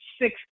six